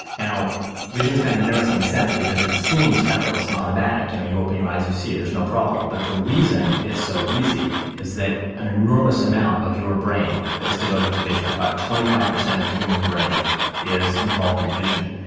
vision is kind of an interesting sense because it seems effortless and automatic. you know, you open your eyes and you see, there is no problem. but the reason it's so easy is that an enormous amount of your brain is devoted to vision, about twenty five percent of the human brain is involved in vision,